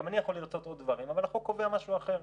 גם אני יכול לרצות עוד דברים אבל החוק קובע משהו אחר,